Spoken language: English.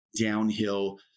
downhill